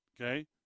Okay